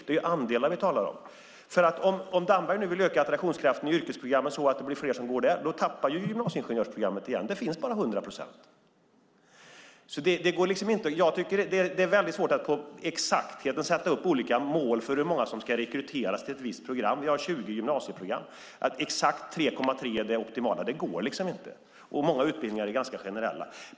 Vi talar om andelar. Om Damberg vill öka attraktionskraften i yrkesprogrammen så att det blir fler som går där tappar gymnasieingenjörsprogrammet igen. Det finns bara 100 procent. Det är svårt att exakt sätta upp mål för hur många som ska rekryteras till ett visst program. Det finns 20 gymnasieprogram. Att säga att exakt 3,3 är det optimala går inte. Och många utbildningar är ganska generella.